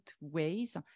ways